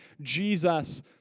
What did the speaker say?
Jesus